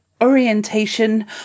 orientation